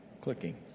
clicking